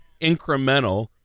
incremental